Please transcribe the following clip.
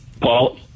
Paul